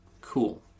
Cool